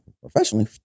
professionally